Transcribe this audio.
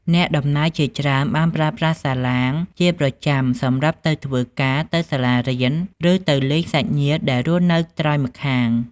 អ្នកដំណើរជាច្រើនបានប្រើប្រាស់សាឡាងជាប្រចាំសម្រាប់ទៅធ្វើការ ទៅសាលារៀន ឬទៅលេងសាច់ញាតិដែលរស់នៅត្រើយម្ខាង។